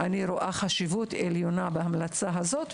אני רואה חשיבות עליונה בהמלצה הזו,